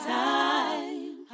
time